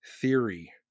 theory